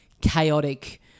chaotic